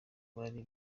bari